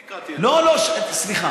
כל תקרה תהיה, לא, לא, סליחה.